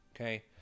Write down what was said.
okay